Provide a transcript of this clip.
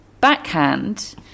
backhand